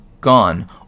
gone